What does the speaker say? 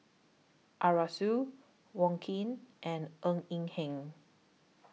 Arasu Wong Keen and Ng Eng Hen